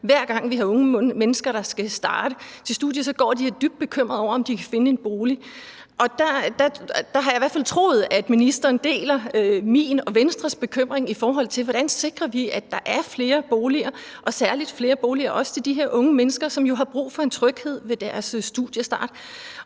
hver gang vi har unge mennesker, der skal starte på studiet, går de og er dybt bekymrede over, om de kan finde en bolig. Og der har jeg i hvert fald troet, at ministeren deler min og Venstres bekymring, i forhold til hvordan vi sikrer, at der er flere boliger og særligt flere boliger til de her unge mennesker, som jo har brug for en tryghed ved deres studiestart.